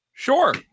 Sure